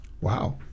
Wow